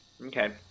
Okay